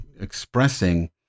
expressing